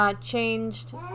Changed